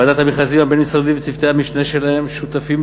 ועדת המכרזים הבין-משרדית וצוותי המשנה שלה שותפים.